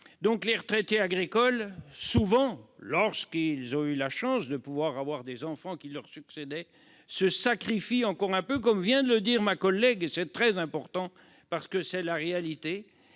Les retraités agricoles, souvent, lorsqu'ils ont la chance d'avoir des enfants qui leur succèdent, se sacrifient encore un peu, comme vient de le dire ma collègue. Il est très important d'avoir cette réalité